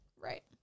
Right